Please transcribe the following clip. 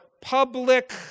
public